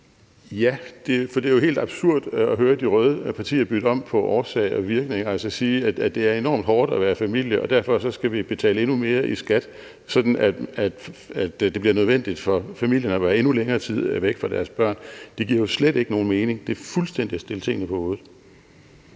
Ja, for det er jo helt absurd at høre de røde partier bytte om på årsag og virkning, altså sige, at det er enormt hårdt at være familie, og at vi derfor skal betale endnu mere i skat, sådan at det bliver nødvendigt for familierne at være endnu længere tid væk fra deres børn. Det giver jo slet ikke nogen mening. Det er fuldstændig at stille tingene på hovedet.